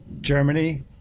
Germany